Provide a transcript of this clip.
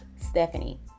Stephanie